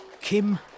Kim